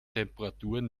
temperaturen